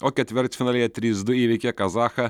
o ketvirtfinalyje trys du įveikė kazachą